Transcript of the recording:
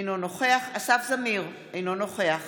אינו נוכח אסף זמיר, אינו נוכח